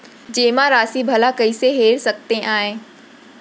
जेमा राशि भला कइसे हेर सकते आय?